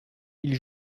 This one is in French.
ils